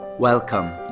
Welcome